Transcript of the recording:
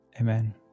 Amen